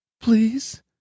Please